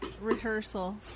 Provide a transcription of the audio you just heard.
rehearsal